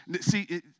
See